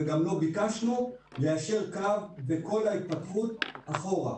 וגם לא ביקשנו ליישר קו בכל ההתפתחות אחורה.